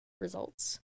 results